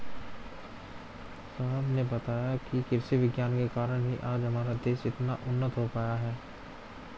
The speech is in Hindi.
साहब ने बताया कि कृषि विज्ञान के कारण ही आज हमारा देश इतना उन्नत हो पाया है